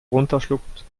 runterschluckt